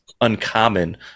uncommon